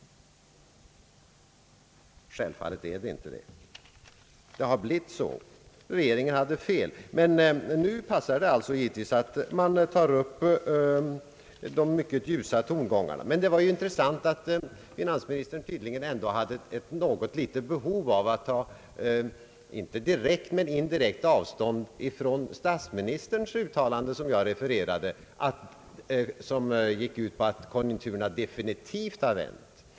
Självfallet är det icke det! Det har bara blivit så. Regeringen hade fel. Men nu passar det alltså givetvis bra att anslå de mycket ljusa tongångarna. Det var emellertid intressant att finansministern tydligen ändå hade något behov av att — inte direkt men indirekt — ta avstånd från statsministerns uttalande, som jag refererade och som gick ut på ait konjunkturerna definitivt hade vänt.